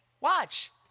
Watch